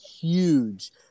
huge